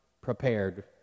prepared